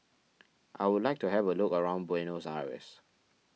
I would like to have a look around Buenos Aires